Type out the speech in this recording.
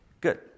Good